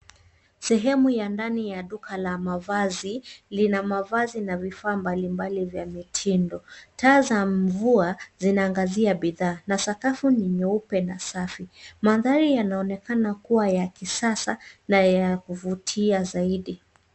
Sehemu ya ndani ya duka la mavazi, lina mavazi na vifaa mbali mbali vya mitindo. Taa za mvua zinaangazia bidhaa, na sakafu ni nyeupe na safi. Mandhari yanaonekana kua ya kisasa na ya kuvutia zaidi.